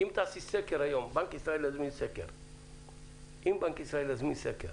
אם תעשי סקר היום, אם בנק ישראל יזמין סקר